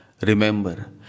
Remember